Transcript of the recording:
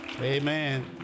Amen